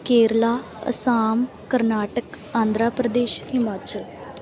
Kerala Assam Karnataka Andhra Pradesh Himachal